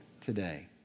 today